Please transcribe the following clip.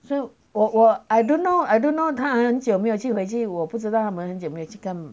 so 我我 I don't know I don't know 他很久没有去回去我不知道他们很久没有去